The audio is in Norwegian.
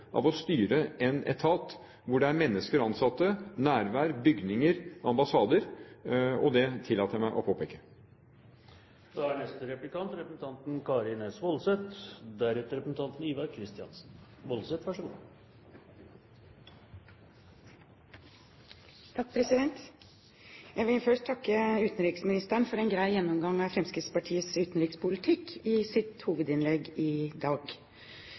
en etat hvor det er mennesker, ansatte, nærvær, bygninger og ambassader. Det tillater jeg meg å påpeke. Jeg vil først takke utenriksministeren for en grei gjennomgang av Fremskrittspartiets utenrikspolitikk i sitt hovedinnlegg i dag. Men det var ikke det jeg skulle spørre ham om. Den 24. november ble det avholdt en votering i